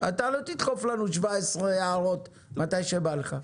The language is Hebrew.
אתה לא תדחוף לנו 17 הערות מתי שבא לך.